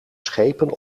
schepen